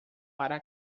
para